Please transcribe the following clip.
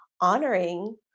honoring